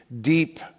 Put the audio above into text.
deep